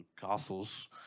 castles